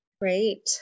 Great